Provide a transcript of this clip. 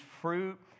fruit